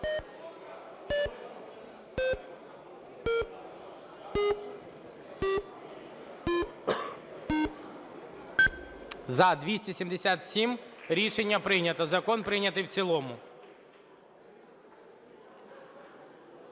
За-277 Рішення прийнято. Закон прийнятий в цілому.